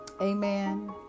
Amen